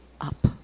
up